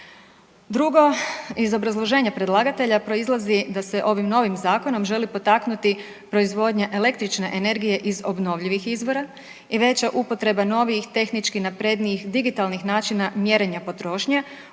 Drugo, iz obrazloženja predlagatelja proizlazi da se ovim novim zakonom želi potaknuti proizvodnja električne energije iz obnovljivih izvora i veće upotreba novijih, tehnički naprednijih digitalnih načina mjerenja potrošnje